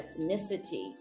ethnicity